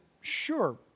Sure